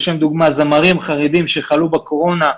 לשם דוגמה זמרים חרדים שחלו בקורונה,